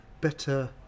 better